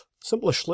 simply